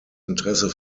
interesse